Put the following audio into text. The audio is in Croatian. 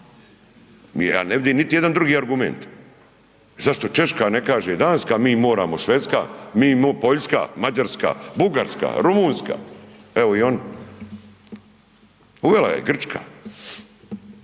ja ne vidim niti jedan drugi argument. Zašto Češka ne kaže, Danska mi moramo, Švedska, Poljska, Mađarska, Bugarska, Rumunjska evo i oni, uvela je i Grčka